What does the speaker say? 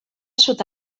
sud